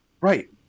Right